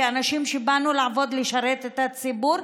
כאנשים שבאו לעבוד ולשרת את הציבור,